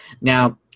Now